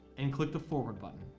and click the forward button.